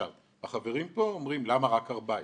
החברים פה אומרים למה רק 14,